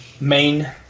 main